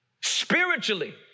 spiritually